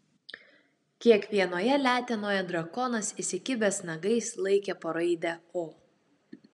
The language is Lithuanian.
kiekvienoje letenoje drakonas įsikibęs nagais laikė po raidę o